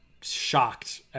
shocked